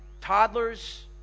toddlers